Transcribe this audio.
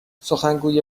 سخنگوی